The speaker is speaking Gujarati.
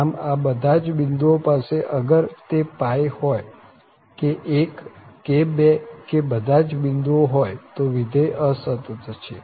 આમ આ બધા જ બિંદુઓ પાસે અગર તે હોય કે 1 કે 2 કે બધા જ બિંદુઓ હોય વિધેય અસતત છે